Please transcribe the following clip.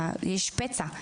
יש פצע,